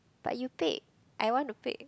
but you pick I want to pick